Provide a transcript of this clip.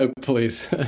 Please